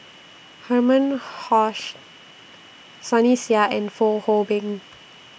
Herman Sunny Sia and Fong Hoe Beng